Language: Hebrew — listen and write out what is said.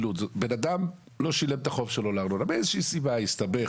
אדם לא שילם את החוב שלו לארנונה מאיזושהי סיבה - הסתבך,